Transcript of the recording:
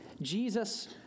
Jesus